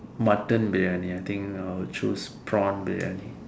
Mutton briyani I think I would choose prawn briyani